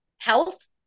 health